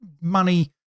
money